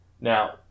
now